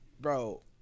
Bro